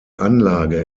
anlage